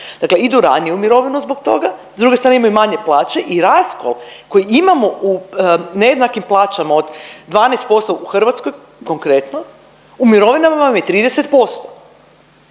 Dakle, idu ranije u mirovinu zbog toga, s druge strane imaju manje plaće i raskol koji imamo u nejednakim plaćama od 12% u Hrvatskoj konkretno u mirovinama vam je 30%.